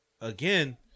again